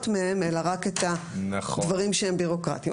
מהם אלא רק את הדברים שהם ביורוקרטים.